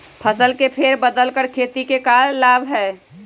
फसल के फेर बदल कर खेती के लाभ है का?